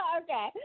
okay